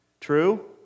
True